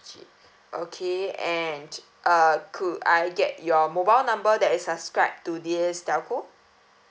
okay and uh could I get your mobile number that is subscribed to this telco